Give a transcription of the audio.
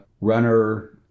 runner